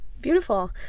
Beautiful